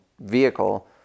vehicle